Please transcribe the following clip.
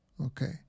Okay